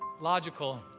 logical